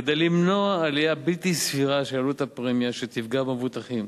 כדי למנוע עלייה בלתי סבירה של עלות הפרמיה שתפגע במבוטחים.